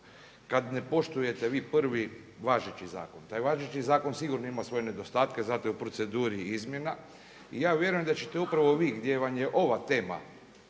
kada ne poštujete vi prvi važeći zakon. Taj važeći zakon sigurno ima svoje nedostatke zato je u proceduri izmjena. I ja vjerujem da ćete upravo vi gdje vam je ova tema,